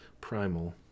primal